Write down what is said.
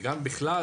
וגם בכלל,